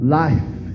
life